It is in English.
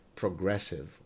progressive